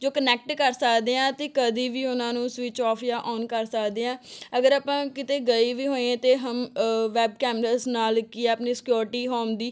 ਜੋ ਕਨੈਕਟ ਕਰ ਸਕਦੇ ਹਾਂ ਅਤੇ ਕਦੇ ਵੀ ਉਹਨਾਂ ਨੂੰ ਸਵਿਚ ਔਫ ਜਾਂ ਔਨ ਕਰ ਸਕਦੇ ਹਾਂ ਅਗਰ ਆਪਾਂ ਕਿਤੇ ਗਏ ਵੀ ਹੋਏ ਹਾਂ ਤਾਂ ਹਮ ਵੈਬ ਕੈਮਰਾਸ ਨਾਲ ਕਿ ਆਪਣੀ ਸਕਿਓਰਟੀ ਹੋਮ ਦੀ